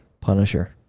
Punisher